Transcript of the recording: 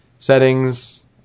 settings